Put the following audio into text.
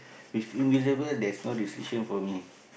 if invisible there's no restriction for me